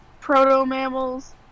proto-mammals